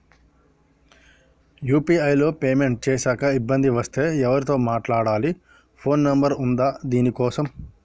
UPI లో payment చేశాక ఇబ్బంది వస్తే ఎవరితో మాట్లాడాలి? ఫోన్ నంబర్ ఉందా దీనికోసం?